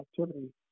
activity